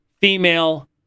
female